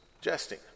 jesting